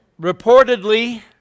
Reportedly